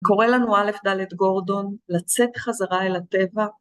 קורא לנו א' ד' גורדון, לצאת חזרה אל הטבע.